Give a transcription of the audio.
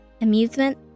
Amusement